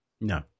No